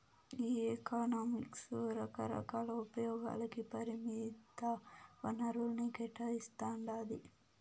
ఈ ఎకనామిక్స్ రకరకాల ఉపయోగాలకి పరిమిత వనరుల్ని కేటాయిస్తాండాది